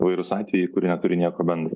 įvairūs atvejai kurie neturi nieko bendra